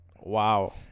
wow